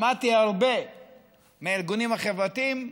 למדתי הרבה מהארגונים החברתיים,